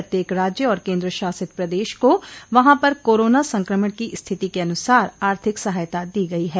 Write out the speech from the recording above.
प्रत्येक राज्य और केन्द्र शासित प्रदेश को वहां पर कोरोना संक्रमण की स्थिति के अनुसार आर्थिक सहायता दी गई है